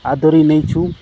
ଆଦରି ନେଇଛୁ